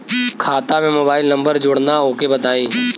खाता में mobile number जोड़ना ओके बताई?